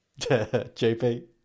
JP